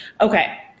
Okay